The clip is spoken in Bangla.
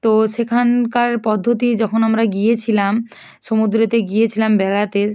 তো সেখানকার পদ্ধতি যখন আমরা গিয়েছিলাম সমুদ্রেতে গিয়েছিলাম বেড়াতে